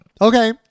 Okay